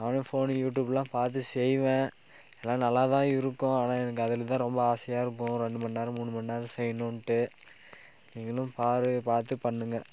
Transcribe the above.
நானும் ஃபோனு யூடியூப்லாம் பார்த்து செய்வேன் எல்லாம் நல்லா தான் இருக்கும் ஆனால் எனக்கு அதில் தான் ரொம்ப ஆசையாக இருக்கும் ரெண்டு மணிநேரம் மூணு மணிநேரம் செய்யணும்ன்ட்டு நீங்களும் பார் பார்த்து பண்ணுங்கள்